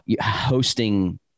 hosting